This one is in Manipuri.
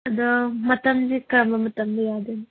ꯑꯗꯣ ꯃꯇꯝꯁꯦ ꯀꯔꯝꯕ ꯃꯇꯝꯗ ꯌꯥꯗꯣꯏꯅ